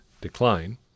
decline